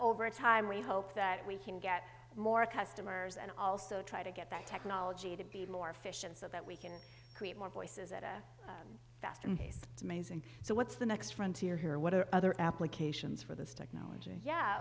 over time we hope that we can get more customers and also try to get that technology to be more efficient so that we can create more voices at a faster pace it's amazing so what's the next frontier here what are other applications for this technology yeah